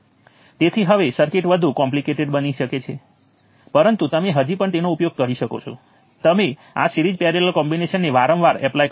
તેથી આ નોડનો ઉલ્લેખ કરતા તમામ નોડ વોલ્ટેજ અને તમે રેફરન્સ નોડ ઉપર KCL સમીકરણ લખતા નથી